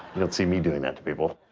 you don't see me doing that to people.